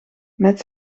met